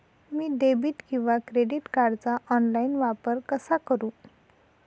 मी debit किंवा credit कार्डचा online वापर कसा करु?